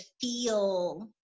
feel